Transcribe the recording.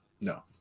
No